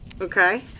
Okay